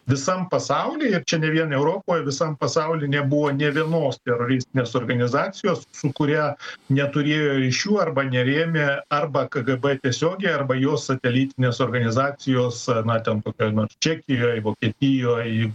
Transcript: visam pasauly ir čia ne vien europoj visam pasauly nebuvo nė vienos teroristinės organizacijos kurią neturėjo ryšių arba nerėmė arba kgb tiesiogiai arba jo satelitinės organizacijos na ten kokioj nors čekijoj vokietijoj